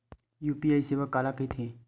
UPI सेवा काला कइथे?